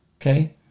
Okay